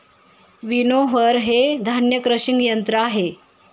winnower हे धान्य crushing यंत्र आहे